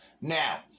Now